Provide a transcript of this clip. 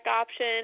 option